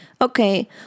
Okay